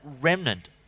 remnant